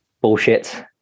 Bullshit